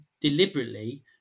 deliberately